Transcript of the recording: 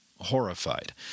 horrified